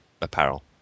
apparel